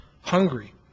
hungry